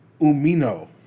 Umino